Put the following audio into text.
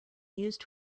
used